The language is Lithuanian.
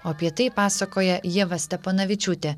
o apie tai pasakoja ieva steponavičiūtė